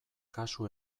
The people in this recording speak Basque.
kasu